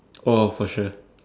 oh for sure